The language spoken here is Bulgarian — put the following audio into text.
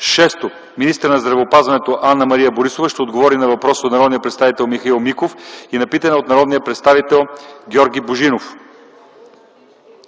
Шесто, министърът на здравеопазването Анна-Мария Борисова ще отговоря на въпрос на народния представител Михаил Миков и на питане от народния представител Георги Божинов.